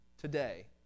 today